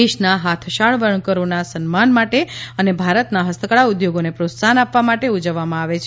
દેશના હાથશાળ વણકરોના સન્માન માટે અને ભારતના હસ્તકળા ઉદ્યોગને પ્રોત્સાહન આપવા માટે ઉજવવામાં આવે છે